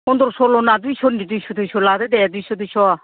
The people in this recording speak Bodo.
पनद्र सरल'ना दुइस' दुइस' लादो दे दुइस' दुइस'